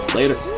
later